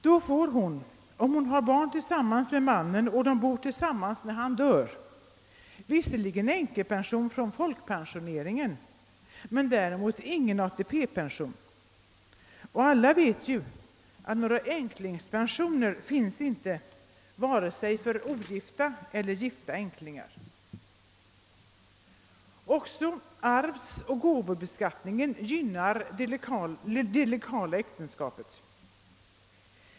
Då får hon, om hon har bott tillsammans med mannen och de bor tillsammans när han dör, visserligen änkepension från folkpensioneringen men däremot ingen ATP-pension. Alla vet att änklingspen sioner inte finns vare sig för ogifta eller gifta änklingar. Också arvsoch gåvobeskattningen gynnar det legala äktenskapet.